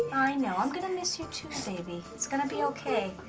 i know. i'm gonna miss you, too, baby. it's gonna be ok.